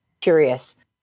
curious